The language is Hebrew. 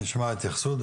נשמע התייחסות.